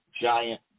giant